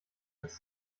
als